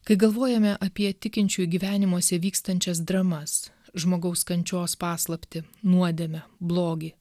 kai galvojame apie tikinčių gyvenimuose vykstančias dramas žmogaus kančios paslaptį nuodėmę blogį